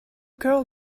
girl